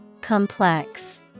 Complex